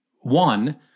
one